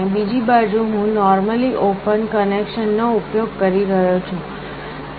અને બીજી બાજુ હું normally open કનેક્શન નો ઉપયોગ કરી રહ્યો છું